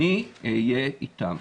אני אהיה איתם.